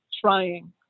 trying